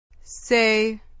Say